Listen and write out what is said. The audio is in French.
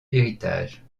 héritage